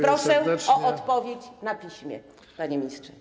Proszę o odpowiedź na piśmie, panie ministrze.